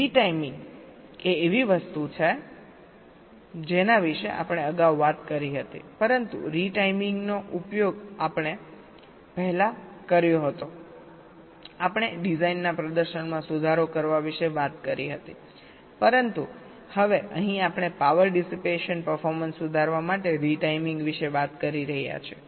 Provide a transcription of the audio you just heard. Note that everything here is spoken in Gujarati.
રીટાઈમિંગ એ એવી વસ્તુ છે જેના વિશે આપણે અગાઉ વાત કરી હતી પરંતુ રીટાઈમિંગ નો ઉપયોગ આપણે પહેલા કર્યો હતો આપણે ડિઝાઇનના પ્રદર્શનમાં સુધારો કરવા વિશે વાત કરી હતી પરંતુ હવે અહીં આપણે પાવર ડિસીપેશન પરફોર્મન્સ સુધારવા માટે રીટાઈમિંગ વિશે વાત કરી રહ્યા છીએ